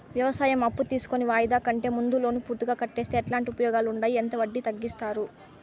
వ్యవసాయం అప్పు తీసుకొని వాయిదా కంటే ముందే లోను పూర్తిగా కట్టేస్తే ఎట్లాంటి ఉపయోగాలు ఉండాయి? ఎంత వడ్డీ తగ్గిస్తారు?